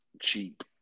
cheap